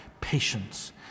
patience